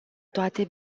toate